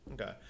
Okay